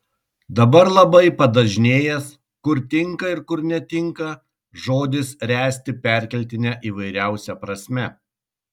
dabar labai padažnėjęs kur tinka ir kur netinka žodis ręsti perkeltine įvairiausia prasme